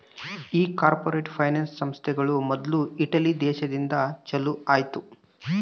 ಈ corporate finance ಸಂಸ್ಥೆಗಳು ಮೊದ್ಲು ಇಟಲಿ ದೇಶದಿಂದ ಚಾಲೂ ಆಯ್ತ್